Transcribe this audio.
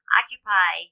occupy